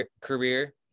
career